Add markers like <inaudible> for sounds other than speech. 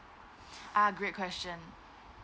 <breath> ah great question